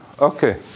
Okay